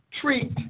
treat